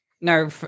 no